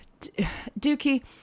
Dookie